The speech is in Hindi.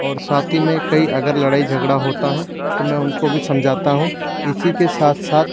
और साथ ही में कहीं अगर लड़ाई झगड़ा होता है तो मैं उनको भी समझाता हूँ इसी के साथ साथ